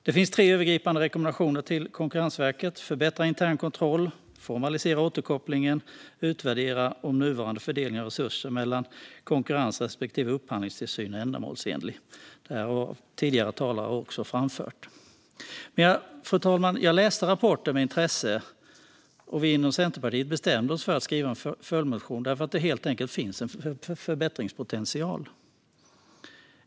Det finns tre övergripande rekommendationer till Konkurrensverket: förbättra intern kontroll formalisera återkopplingen utvärdera om nuvarande fördelning av resurser mellan konkurrens och upphandlingstillsyn är ändamålsenlig. Detta har tidigare talare också framfört. Fru talman! Jag läste rapporten med intresse, och vi inom Centerpartiet bestämde oss för att skriva en följdmotion därför att det helt enkelt finns en förbättringspotential.